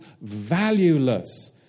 valueless